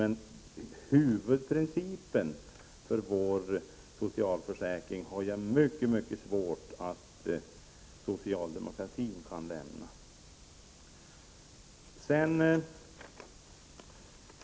Men jag har mycket svårt att tro att vi socialdemokrater kan överge huvudprincipen för vår socialförsäkring.